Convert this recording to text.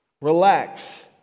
Relax